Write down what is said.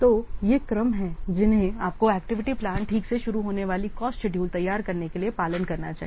तो ये क्रम हैं जिन्हें आपको एक्टिविटी प्लान ठीक से शुरू होने वाली कॉस्ट शेड्यूल तैयार करने के लिए पालन करना चाहिए